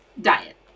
diet